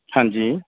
ਹਾਂਜੀ